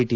T